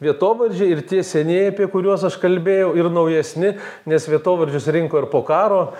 vietovardžiai ir tie senieji apie kuriuos aš kalbėjau ir naujesni nes vietovardžius rinko ir po karo